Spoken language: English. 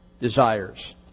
desires